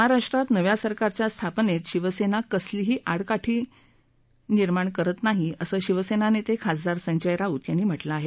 महाराष्ट्रात नव्या सरकारच्या स्थापनेत शिवसेना कसलीही आडकाठी निर्माण करत नाही असं शिवसेना नेते खासदार संजय राऊत यांनी म्हटलं आहे